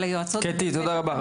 קטי, תודה רבה.